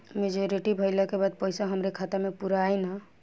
Maturity भईला के बाद पईसा हमरे खाता म पूरा आई न?